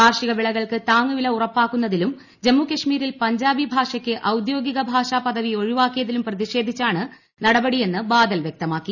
കാർഷിക വിളകൾക്ക് താങ്ങുവില ഉറപ്പാക്കുന്നതിലും ജമ്മുകശ്മീരിൽ പഞ്ചാബി ഭാഷയ്ക്ക് ഔദ്യോഗിക ഭാഷാ പദവി ഒഴിവാക്കിയതിലും പ്രതിഷേധിച്ചാണ് നടപടിയെന്ന് ബാദൽ വൃക്തമാക്കി